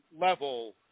level